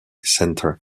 centre